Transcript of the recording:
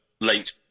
late